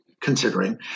considering